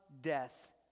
death